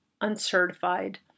uncertified